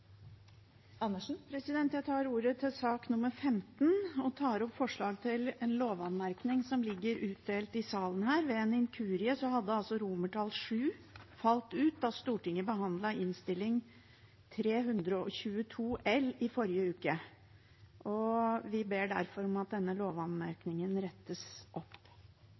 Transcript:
Jeg tar ordet til sak nr. 15. Jeg tar opp forslag til en lovanmerkning, som ligger utdelt i salen. Ved en inkurie hadde VII falt ut da Stortinget behandlet Innst. 322 L i forrige uke. Vi ber derfor om at denne lovanmerkningen vedtas. Representanten Karin Andersen har tatt opp